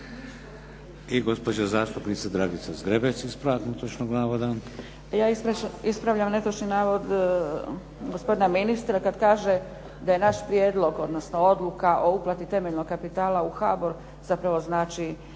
navoda. **Zgrebec, Dragica (SDP)** Ja ispravljam netočni navod gospodina ministra kada kaže da je naš prijedlog, odnosno odluka o uplati temeljnog kapitala u HBOR zapravo znači